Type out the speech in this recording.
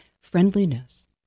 friendliness